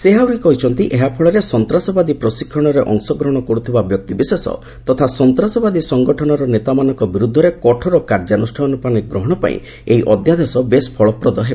ସେ ଆହୁରି କହିଛନ୍ତି ଏହାଫଳରେ ସନ୍ତାସବାଦୀ ପ୍ରଶିକ୍ଷଣରେ ଅଂଶଗ୍ରହଣ କରୁଥିବା ବ୍ୟକ୍ତିବିଶେଷ ତଥା ସନ୍ତାସବାଦୀ ସଂଗଠନର ନେତାମାନଙ୍କ ବିରୁଦ୍ଧରେ କଠୋର କାର୍ଯ୍ୟାନୁଷ୍ଠାନ ଗ୍ରହଣ ପାଇଁ ଏହି ଅଧ୍ୟାଦେଶ ବେଶ୍ ଫଳପ୍ରଦ ହେବ